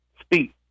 speak